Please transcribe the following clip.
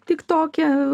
tik toke